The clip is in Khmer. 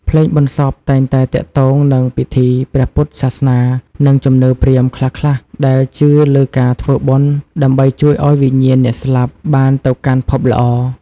ភ្លេងបុណ្យសពតែងតែទាក់ទងនឹងពិធីព្រះពុទ្ធសាសនា និងជំនឿព្រាហ្មណ៍ខ្លះៗ ដែលជឿលើការធ្វើបុណ្យដើម្បីជួយឲ្យវិញ្ញាណអ្នកស្លាប់បានទៅកាន់ភពល្អ។